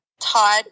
Todd